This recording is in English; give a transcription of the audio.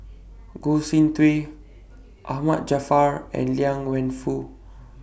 Goh Soon Tioe Ahmad Jaafar and Liang Wenfu